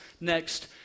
next